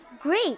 Great